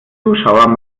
zuschauer